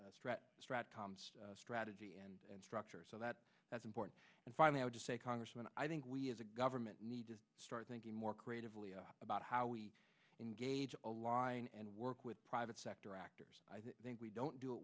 strategy and structure so that that's important and finally i would just say congressman i think we as a government need to start thinking more creatively about how we engage align and work with private sector actors i think we don't do it